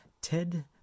Ted